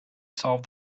solve